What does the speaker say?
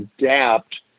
adapt